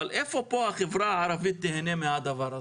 אבל איפה פה החברה הערבית תיהנה מהדבר הזה?